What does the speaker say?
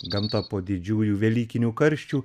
gamta po didžiųjų velykinių karščių